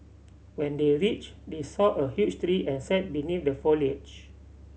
when they reached they saw a huge tree and sat beneath the foliage